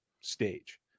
stage